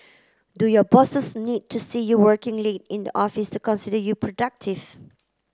do your bosses need to see you working late in the office to consider you productive